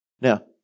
Now